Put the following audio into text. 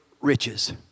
riches